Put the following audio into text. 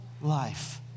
life